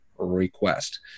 Request